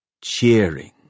cheering